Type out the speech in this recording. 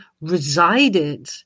resided